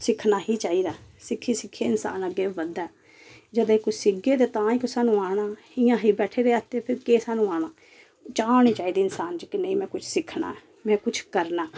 सिक्खना ही चाहिदा सिक्खी सिक्खियै इंसान अग्गे बधदा ऐ जदूं कोई सिक्खगे ते तां एक्क स्हानू आना इयां बैठे दे केह् स्हानू आना चाह् होनी चाहिदी इंसान च के नी मैं कुछ सिक्खना जां कुछ करना